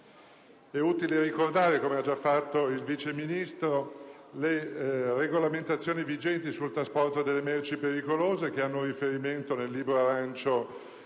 È utile ricordare, come ha già fatto il vice Ministro, le regolamentazioni vigenti sul trasporto delle merci pericolose, che hanno come riferimento il «Libro arancio»